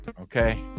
Okay